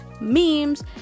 memes